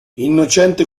innocente